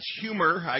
humor